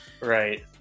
Right